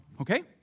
okay